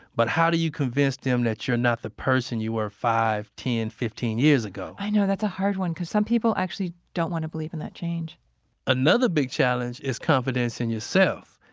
but how do you convince them that you're not the person you were five, ten, and fifteen years ago? i know that's a hard one because some people actually don't want to believe in that change another big challenge is confidence in yourself.